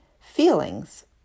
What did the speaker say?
Feelings